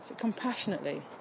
compassionately